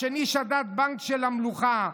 השני שדד בנק של המלוכה,